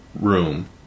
room